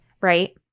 right